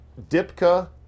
Dipka